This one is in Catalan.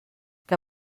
que